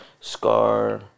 scar